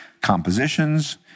compositions